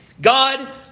God